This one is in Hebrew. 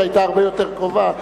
שהיתה הרבה יותר קרובה.